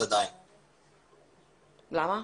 למה?